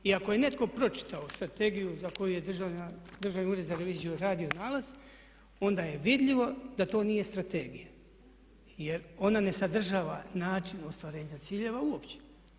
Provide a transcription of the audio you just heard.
I ako je netko pročitao strategiju za koju je Državni ured za reviziju radio nalaz onda je vidljivo da to nije strategija jer ona ne sadržava način ostvarenja ciljeva uopće.